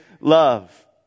love